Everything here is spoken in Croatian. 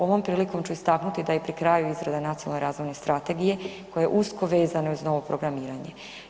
Ovom prilikom ću istaknuti da je pri kraju izrada Nacionalne razvojne strategije koja je usko vezana uz novo programiranje.